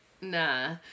Nah